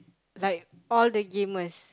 like all the gamers